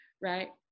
right